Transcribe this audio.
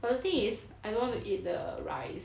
but the thing is I don't want to eat the rice